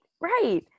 right